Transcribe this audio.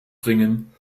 bringen